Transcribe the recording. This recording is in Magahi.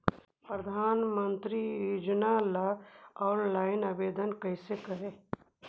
प्रधानमंत्री योजना ला ऑनलाइन आवेदन कैसे करे?